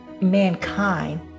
mankind